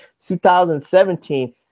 2017